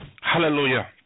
Hallelujah